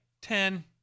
Ten